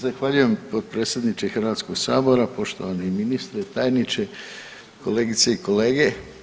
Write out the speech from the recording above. Zahvaljujem potpredsjedniče Hrvatskog sabora, poštovani ministre, tajniče, kolegice i kolege.